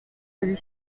celui